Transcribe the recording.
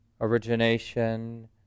origination